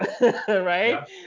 Right